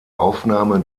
aufnahme